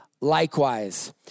Likewise